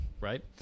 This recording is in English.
Right